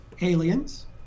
aliens